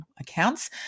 accounts